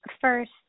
First